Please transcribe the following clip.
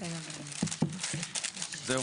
זהו.